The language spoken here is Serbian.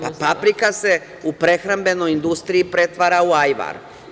Pa, paprika se u prehrambenoj industriji pretvara u ajvar.